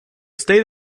state